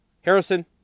Harrison